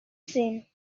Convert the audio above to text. seen